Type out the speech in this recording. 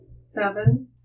Seven